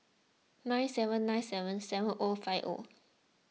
nine seven nine seven seven O five O